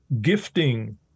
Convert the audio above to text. gifting